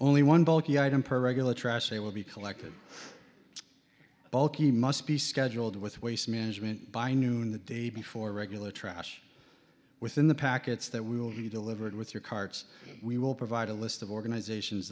only one bulky item per regular trash day will be collected bulky must be scheduled with waste management by noon the day before regular trash within the packets that will be delivered with your carts we will provide a list of organizations